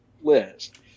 list